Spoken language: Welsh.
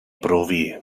brofi